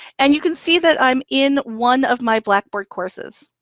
and you can see that i'm in one of my blackboard courses.